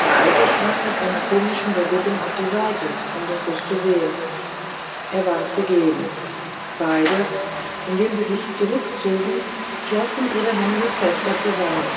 der alte sprang mit einer komischen bewegung auf die seite den kuß zu sehen er ward gegeben beide indem sie sich zurückzogen schlossen ihre hände fester zusammen